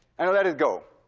and i let it go.